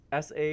sa